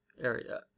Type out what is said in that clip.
area